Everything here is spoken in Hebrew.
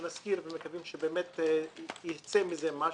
משכיר ומקווים שבאמת יצא מזה משהו.